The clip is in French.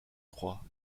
croix